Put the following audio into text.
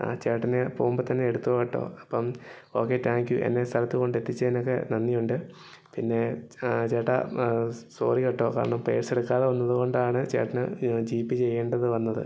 ആ ചേട്ടന് പോകുമ്പം തന്നെ എടുത്തോ കേട്ടോ അപ്പം ഓക്കെ താങ്ക്യൂ എന്നെ സ്ഥലത്ത് കൊണ്ടെത്തിച്ചതിനൊക്കെ നന്ദി ഉണ്ട് പിന്നെ ചേട്ടാ സോറി കേട്ടോ കാരണം പേഴ്സെടുക്കാതെ വന്നത് കൊണ്ടാണ് ചേട്ടന് ജി പി ചെയ്യേണ്ടത് വന്നത്